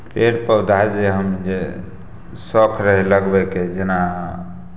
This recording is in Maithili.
पेड़ पौधा जे हम जे शौख रहय लगबैके जेना